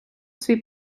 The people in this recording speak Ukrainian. свій